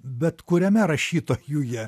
bet kuriame rašytojuje